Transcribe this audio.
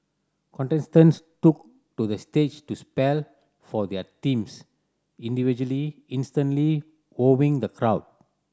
contestants took to the stage to spell for their teams individually instantly wowing the crowd